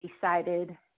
decided